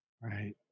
right